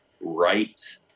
right